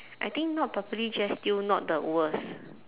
I think not properly dressed still not the worst